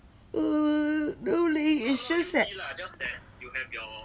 mm no leh is just that